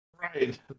Right